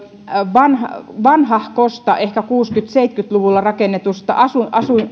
vanhahkoista ehkä kuusikymmentä viiva seitsemänkymmentä luvulla rakennetuista asunto